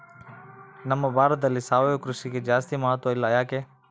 ನಮ್ಮ ಭಾರತದಲ್ಲಿ ಸಾವಯವ ಕೃಷಿಗೆ ಜಾಸ್ತಿ ಮಹತ್ವ ಇಲ್ಲ ಯಾಕೆ?